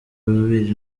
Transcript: bibiri